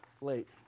late